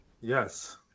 Yes